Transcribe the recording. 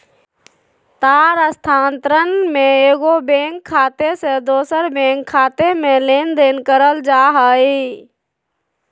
तार स्थानांतरण में एगो बैंक खाते से दूसर बैंक खाते में लेनदेन करल जा हइ